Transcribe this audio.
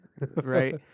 right